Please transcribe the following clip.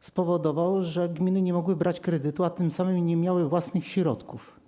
spowodował, że gminy nie mogły brać kredytu, a tym samym nie miały własnych środków.